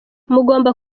mugomba